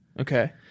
okay